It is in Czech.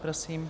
Prosím.